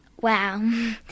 Wow